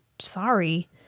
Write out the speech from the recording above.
sorry